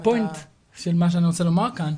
ואז, וזאת הנקודה של מה שאני רוצה לומר כאן,